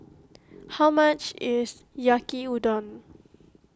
how much is Yaki Udon